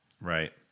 Right